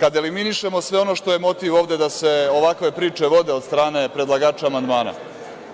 Kada eliminišemo sve ono što je motiv ovde da se ovakve priče vode od strane predlagača amandmana,